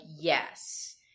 yes